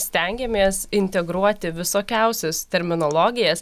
stengiamės integruoti visokiausius terminologijas